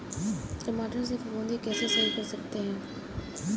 टमाटर से फफूंदी कैसे सही कर सकते हैं?